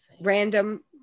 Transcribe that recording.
random